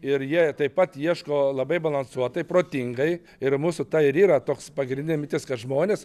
ir jie taip pat ieško labai balansuotai protingai ir mūsų ta ir yra toks pagrindinė mintis kad žmonės